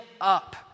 up